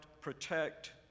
protect